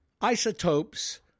isotopes